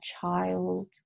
child